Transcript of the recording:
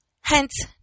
Hence